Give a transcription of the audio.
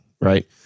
right